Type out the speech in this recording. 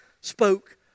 spoke